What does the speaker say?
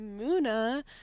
MUNA